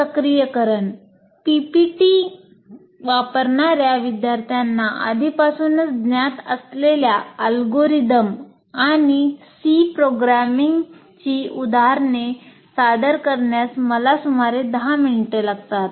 सक्रियकरणः PPT वापरणार्या विद्यार्थ्यांना आधीपासून ज्ञात असलेल्या अल्गोरिदम आणि सी प्रोग्रामची उदाहरणे सादर करण्यास मला सुमारे 10 मिनिटे लागतात